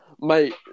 Mate